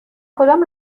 کدام